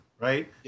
Right